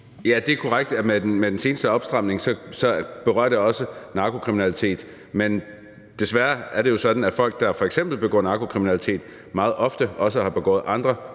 Ja, det er korrekt, at den seneste opstramning også berører narkokriminalitet, men desværre er det jo sådan, at folk, der f.eks. begår narkokriminalitet, meget ofte også har begået andre